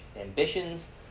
ambitions